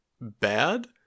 bad